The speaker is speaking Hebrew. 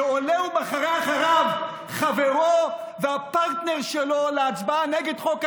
ועולה ומחרה אחריו חברו והפרטנר שלו להצבעה נגד חוק האזרחות,